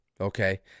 Okay